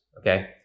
okay